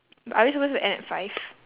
are we supposed to end at five